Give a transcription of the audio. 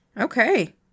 okay